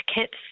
kits